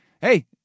Hey